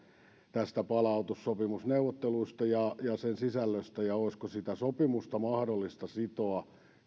palautussopimusneuvotteluista ja sen sisällöstä ja olisiko sitä sopimusta mahdollista sitoa